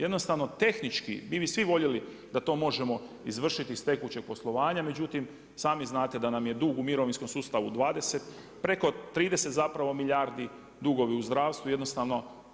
Jednostavno, tehnički, mi bi svi voljeli, da to možemo izvršiti i sa tekućeg poslovanja, međutim, i sami znate, da nam je dug u mirovinskom sustavu, 20, preko 30 zapravo milijardi, dugovi u zdravstvu, jednostavno.